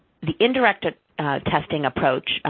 the indirect ah testing approach,